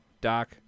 Doc